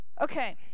Okay